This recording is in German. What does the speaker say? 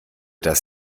das